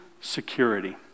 security